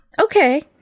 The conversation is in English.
Okay